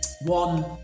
one